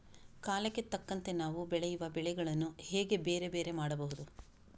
ಕಾಲಕ್ಕೆ ತಕ್ಕಂತೆ ನಾವು ಬೆಳೆಯುವ ಬೆಳೆಗಳನ್ನು ಹೇಗೆ ಬೇರೆ ಬೇರೆ ಮಾಡಬಹುದು?